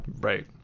right